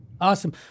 Awesome